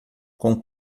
com